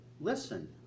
listen